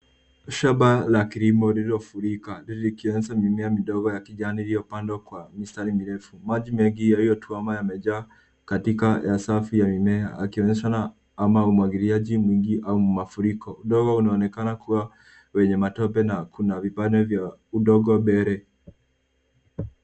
Shamba la kilimo lililofurika likionyesha mimea midogo ya kijani iliyopandwa kwa mistari mirefu. Maji mengi yaliyotuama yamejaa katika safu ya mimea yakionyeshana ama umwagiliaji mwingi au mafuriko. Udongo unaonekana kuwa wenye matope na kuna vipande vya udongo mbele.